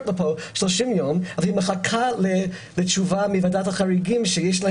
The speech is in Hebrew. לכאן במשך 30 ימים והיא מחכה לתשובה מוועדת החריגים שיש לה